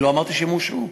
אני לא אמרתי שהם הושעו.